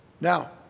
Now